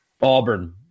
Auburn